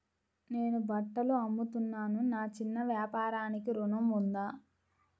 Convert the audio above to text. నేను బట్టలు అమ్ముతున్నాను, నా చిన్న వ్యాపారానికి ఋణం ఉందా?